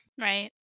Right